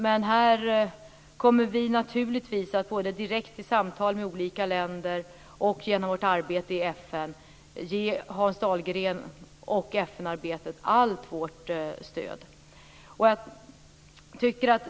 Men här kommer vi naturligtvis att både direkt i samtal med olika länder och genom vårt arbete i FN ge Hans Dahlgren och FN-arbetet allt vårt stöd.